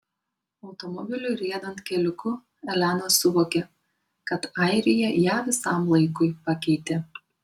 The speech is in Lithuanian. automobiliui riedant keliuku elena suvokė kad airija ją visam laikui pakeitė